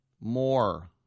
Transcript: more